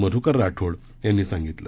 मध्रकर राठोड यांनी सांगितलं